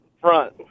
front